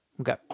Okay